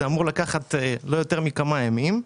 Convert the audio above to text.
זה אמור לקחת לא יותר מכמה ימים.